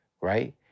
right